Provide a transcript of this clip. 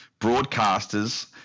broadcasters